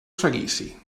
seguici